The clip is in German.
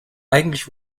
eigentlich